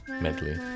Medley